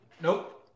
Nope